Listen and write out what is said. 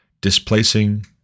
displacing